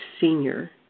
senior